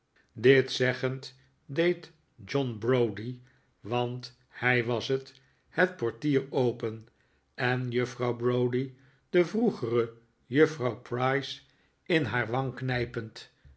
dit zeggend deed john browdie want hij was het het portier open en juffrouw browdie de vroegere juffrouw price in haar wang knijpend